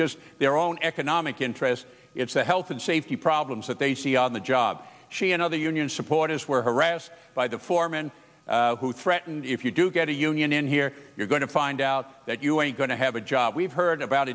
just their own economic interest it's the health and safety problems that they see on the job she and other union supporters were harassed by the foreman who threatened if you do get a union in here you're going to find out that you ain't going to have a job we've heard about